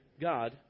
God